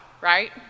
right